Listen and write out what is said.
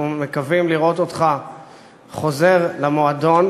אנחנו מקווים לראות אותך חוזר למועדון,